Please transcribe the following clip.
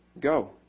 go